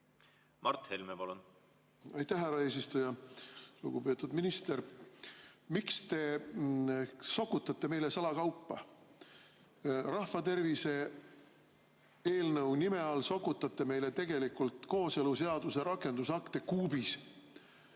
Mart Helme, palun! Aitäh, härra eesistuja! Lugupeetud minister! Miks te sokutate meile salakaupa? Rahvatervis[hoiu seaduse] eelnõu nime all te sokutate meile tegelikult kooseluseaduse rakendusakte kuubis.